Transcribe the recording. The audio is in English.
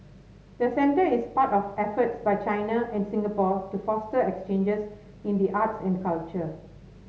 the centre is part of efforts by China and Singapore to foster exchanges in the arts and culture